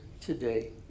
today